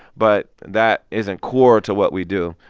but that isn't core to what we do.